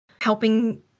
helping